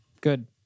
Good